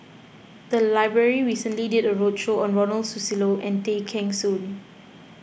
the library recently did a roadshow on Ronald Susilo and Tay Kheng Soon